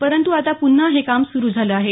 परंतु आता पुन्हा काम सुरु झालं आहे